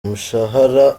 umushahara